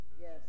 Yes